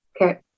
okay